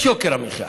יש יוקר מחיה.